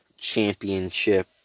championship